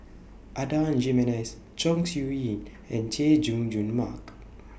Adan Jimenez Chong Siew Ying and Chay Jung Jun Mark